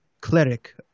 cleric